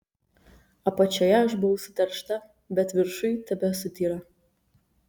apačioje aš buvau suteršta bet viršuj tebesu tyra